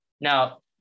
Now